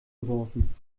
geworfen